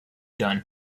done